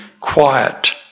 quiet